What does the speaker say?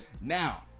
now